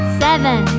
seven